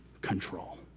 control